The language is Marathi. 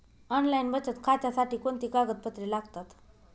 ऑनलाईन बचत खात्यासाठी कोणती कागदपत्रे लागतात?